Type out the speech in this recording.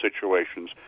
situations